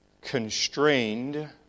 constrained